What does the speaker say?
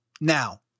Now